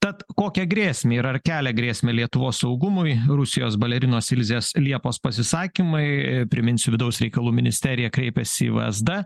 tad kokią grėsmę ir ar kelia grėsmę lietuvos saugumui rusijos balerinos ilzės liepos pasisakymai priminsiu vidaus reikalų ministerija kreipėsi į vsd